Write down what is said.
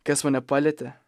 kas mane palietė